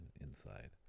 inside